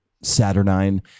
Saturnine